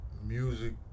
Music